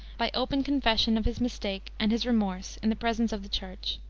by open confession of his mistake and his remorse in the presence of the church.